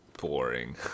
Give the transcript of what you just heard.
boring